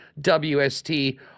WST